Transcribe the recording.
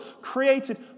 created